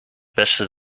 perste